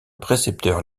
précepteur